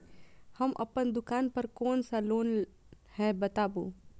हम अपन दुकान पर कोन सा लोन हैं बताबू?